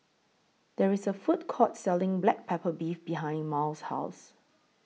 There IS A Food Court Selling Black Pepper Beef behind Mal's House